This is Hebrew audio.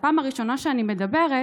בפעם הראשונה שאני מדברת,